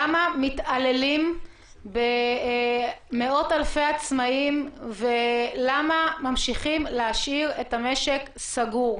למה מתעללים במאות אלפי עצמאים ולמה ממשיכים להשאיר את המשק סגור.